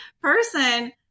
person